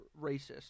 racist